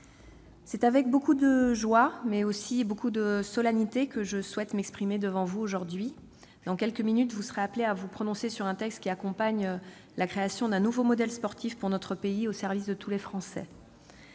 c'est avec une grande joie, mais aussi avec beaucoup de solennité que je souhaite m'exprimer devant vous aujourd'hui. Dans quelques minutes, vous serez appelés à vous prononcer sur un texte qui accompagne la création d'un nouveau modèle sportif pour notre pays, au service de tous les Français.